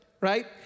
right